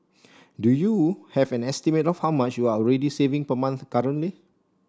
do you have an estimate of how much you're already saving per month currently